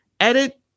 Edit